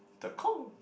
Tekong